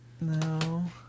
No